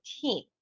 team